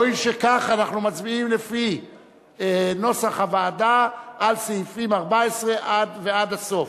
הואיל וכך אנחנו מצביעים לפי נוסח הוועדה על סעיפים 14 עד הסוף,